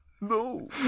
No